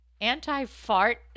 Anti-fart